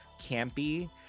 campy